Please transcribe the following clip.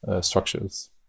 structures